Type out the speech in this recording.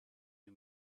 you